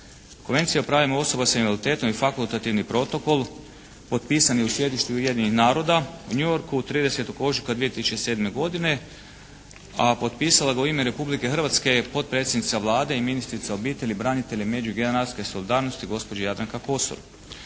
Konvencija o pravima osoba s invaliditetom i fakultativni protokol potpisan je u sjedištu Ujedinjenih naroda u New Yorku 30. ožujka 2007. godine, a potpisala ga je u ime Republike Hrvatske potpredsjednica Vlade i ministrica obitelji, branitelja i međugeneracijske solidarnosti gospođa Jadranka Kosor.